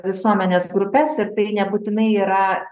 visuomenės grupes ir tai nebūtinai yra